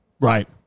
right